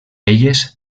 elles